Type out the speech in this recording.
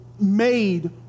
made